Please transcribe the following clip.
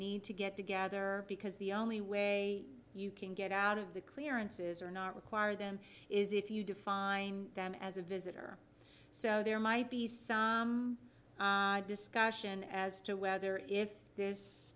need to get together because the only way you can get out of the clearances or not require them is if you define them as a visitor so there might be some discussion as to whether if this